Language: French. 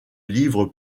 livre